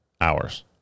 hours